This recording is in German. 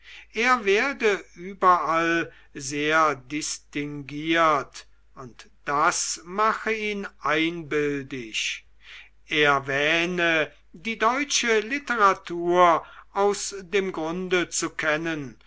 er werde überall sehr distinguiert und das mache ihn einbildisch er wähne die deutsche literatur aus dem grunde zu kennen